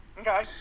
Okay